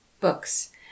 Books